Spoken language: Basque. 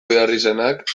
beharrizanak